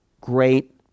great